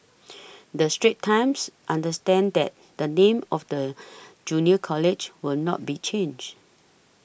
the Straits Times understands that the name of the Junior College will not be changed